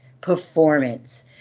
performance